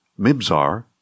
Mibzar